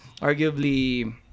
arguably